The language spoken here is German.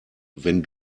wenn